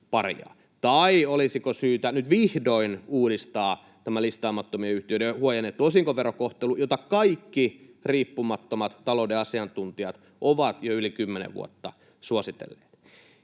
Tai olisiko syytä nyt vihdoin uudistaa tämä listaamattomien yhtiöiden huojennettu osinkoverokohtelu, mitä kaikki riippumattomat talouden asiantuntijat ovat jo yli kymmenen vuotta suositelleet?